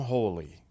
Holy